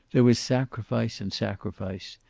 there was sacrifice and sacrifice,